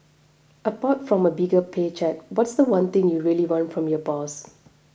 apart from a bigger pay cheque what's the one thing you really want from your boss